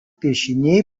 piešiniai